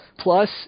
Plus